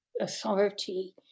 authority